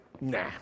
nah